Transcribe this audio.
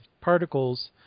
particles